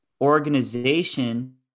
organization